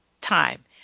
time